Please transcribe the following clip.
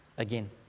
again